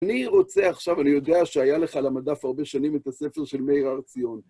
אני רוצה עכשיו, אני יודע שהיה לך על המדף הרבה שנים את הספר של מאיר הר-ציון.